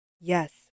Yes